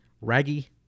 Raggy